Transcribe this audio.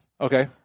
Okay